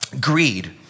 Greed